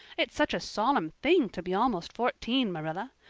it's such a solemn thing to be almost fourteen, marilla.